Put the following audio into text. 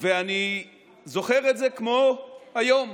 ואני זוכר את זה כמו היום: